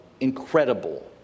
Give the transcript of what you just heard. incredible